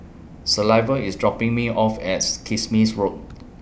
Silvia IS dropping Me off as Kismis Road